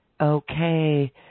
Okay